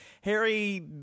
harry